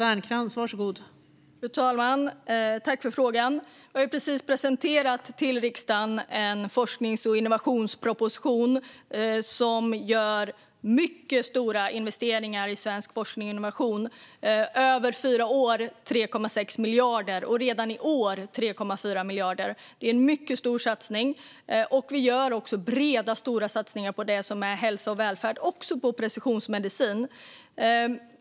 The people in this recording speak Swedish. Fru talman! Jag vill tacka för frågan. Vi har precis presenterat för riksdagen en forsknings och innovationsproposition om mycket stora investeringar i svensk forskning och innovation på 3,6 miljarder över fyra år. Redan i år blir det 3,4 miljarder. Det är en mycket stor satsning. Vi gör också breda och stora satsningar på hälsa och välfärd, också på precisionsmedicin.